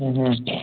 অঁ হয়